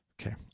Okay